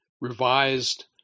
revised